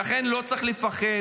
ולכן לא צריך לפחד,